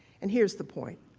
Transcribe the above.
and here is the point.